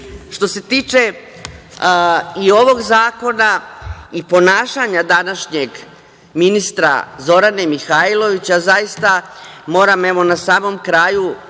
se tiče i ovog zakona i ponašanja današnjeg ministra Zorane Mihajlović, zaista moram, evo na samom kraju,